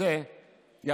אני חייב להגיד,